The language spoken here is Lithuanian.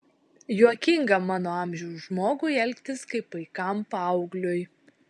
juokinga mano amžiaus žmogui elgtis kaip paikam paaugliui